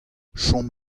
chom